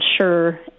sure